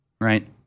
right